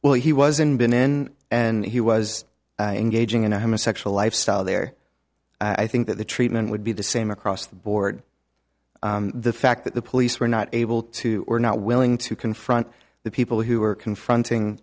well he was in been in and he was engaging in a homosexual lifestyle there i think that the treatment would be the same across the board the fact that the police were not able to or not willing to confront the people who were confronting